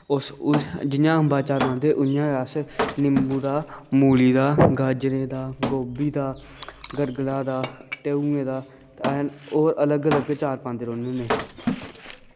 जियां अम्बां आचार पाने अस उआं गै निम्बु दा मूली दा गाजरें दा गोभी दा गरगलें दा टेऊऐं दा होर अलग अलग आचार पांदे रौह्ने अस